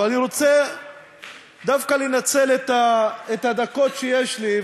אבל אני רוצה דווקא לנצל את הדקות שיש לי,